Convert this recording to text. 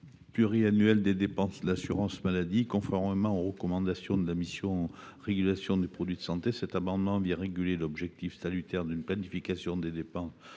pluriannuelle des dépenses de l’assurance maladie conformément aux recommandations de la mission régulation des produits de santé. Il vise à articuler l’objectif salutaire d’une planification des dépenses